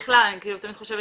בכלל, אני תמיד חושבת